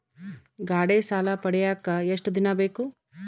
ಗಾಡೇ ಸಾಲ ಪಡಿಯಾಕ ಎಷ್ಟು ದಿನ ಬೇಕು?